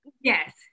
Yes